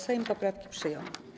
Sejm poprawki przyjął.